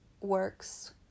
works